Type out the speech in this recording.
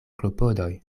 klopodoj